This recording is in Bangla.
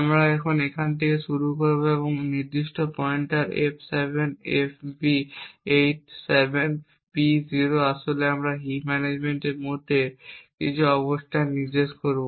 আমরা এখন এখান থেকে শুরু করব এই নির্দিষ্ট পয়েন্টার f7fb87b0 আসলে হিপ ম্যানেজমেন্টের মধ্যে কিছু অবস্থান নির্দেশ করবে